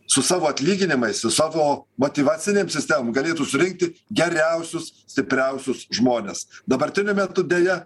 su savo atlyginimais su savo motyvacinėm sistemom galėtų surinkti geriausius stipriausius žmones dabartiniu metu deja